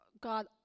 God